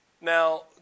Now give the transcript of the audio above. Now